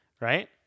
Right